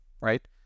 right